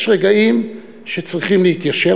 יש רגעים שצריכים להתיישר.